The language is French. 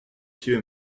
dieu